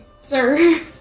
sir